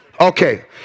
Okay